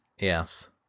Yes